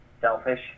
selfish